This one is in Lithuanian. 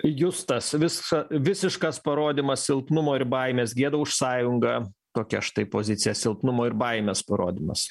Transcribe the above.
justas visą visiškas parodymas silpnumo ir baimės gėda už sąjungą tokia štai pozicija silpnumo ir baimės parodymas